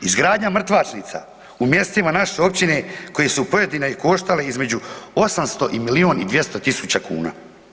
Izgradnja mrtvačnica u mjestima naše općine koji su pojedine koštale između 800 i milijun i 200 000 kuna.